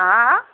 आं